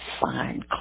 fine